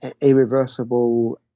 irreversible